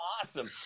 awesome